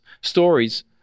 stories